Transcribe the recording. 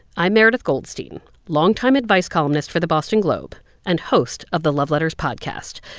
i'm meredith goldstein longtime advice columnist for the boston globe and host of the love letters podcast,